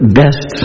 best